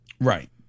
Right